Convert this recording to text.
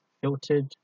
filtered